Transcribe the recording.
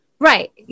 Right